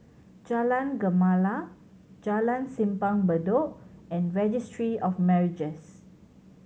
Jalan Gemala Jalan Simpang Bedok and Registry of Marriages